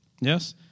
Yes